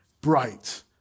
bright